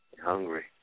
hungry